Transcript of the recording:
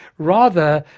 rather,